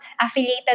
affiliated